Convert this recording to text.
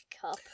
cup